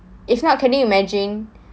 if not can you imagine